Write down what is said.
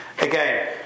Again